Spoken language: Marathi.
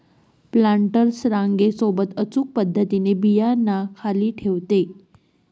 प्लांटर्स रांगे सोबत अचूक पद्धतीने बियांना खाली ठेवते